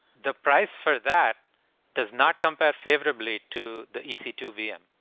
the price for that does not compare favorably to the e c two vm.